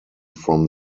from